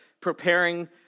preparing